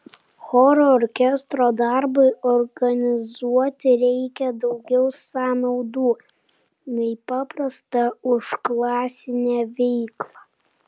choro orkestro darbui organizuoti reikia daugiau sąnaudų nei paprasta užklasinė veikla